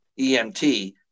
EMT